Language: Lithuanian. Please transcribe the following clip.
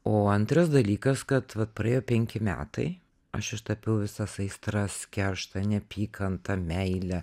o antras dalykas kad vat praėjo penki metai aš ištapiau visas aistras kerštą neapykantą meilę